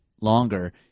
longer